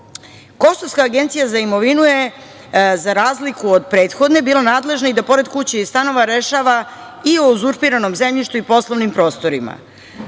Kosovska agencija za imovinu je, za razliku od prethodne, bila nadležna i da pored kuća i stanova rešava i o uzurpiranom zemljištu i poslovnim prostorima,